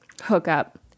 hookup